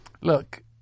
Look